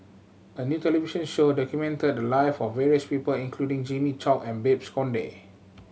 a new television show documented the live of various people including Jimmy Chok and Babes Conde